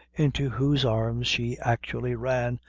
into whose arms she actually ran,